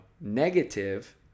negative